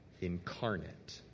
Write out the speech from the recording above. incarnate